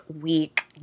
week